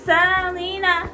Selena